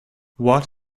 what